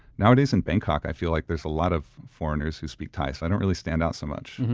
nowadays in bangkok, i feel like there's a lot of foreigners who speak thai, so i don't really stand out so much.